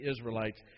Israelites